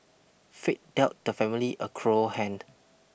fate dealt the family a cruel hand